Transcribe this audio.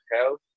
health